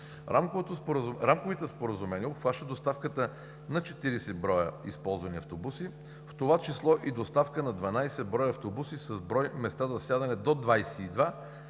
Рамковите споразумения обхващат доставката на 40 броя използвани автобуса, в това число и доставка на 12 броя автобуса с брой места за сядане до 22